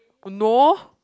no